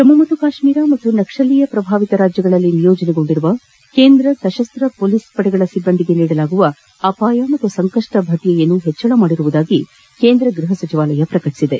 ಜಮ್ನು ಮತ್ತು ಕಾಶ್ಮೀರ ಹಾಗೂ ನಕ್ಸಲೀಯ ಪ್ರಭಾವಿತ ರಾಜ್ಲಗಳಲ್ಲಿ ನಿಯೋಜನೆಗೊಂಡಿರುವ ಕೇಂದ್ರ ಸಶಸ್ತ ಮೊಲೀಸ್ ಪಡೆಗಳ ಸಿಬ್ಬಂದಿಗೆ ನೀಡಲಾಗುವ ಅಪಾಯ ಹಾಗೂ ಸಂಕಪ್ಪ ಭತ್ತೆಯನ್ನು ಹೆಚ್ಚಿಸಿರುವುದಾಗಿ ಕೇಂದ್ರ ಗೃಹ ಸಚಿವಾಲಯ ಪ್ರಕಟಿಸಿದೆ